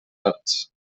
arts